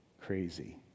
crazy